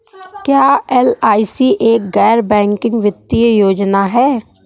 क्या एल.आई.सी एक गैर बैंकिंग वित्तीय योजना है?